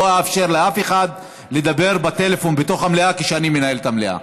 לא אאפשר לאף אחד לדבר בטלפון בתוך המליאה כשאני מנהל את המליאה.